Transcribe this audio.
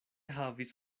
havis